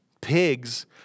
Pigs